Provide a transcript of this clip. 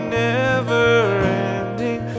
never-ending